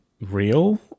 real